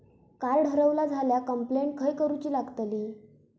Card हरवला झाल्या complaint खय करूची लागतली?